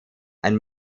ein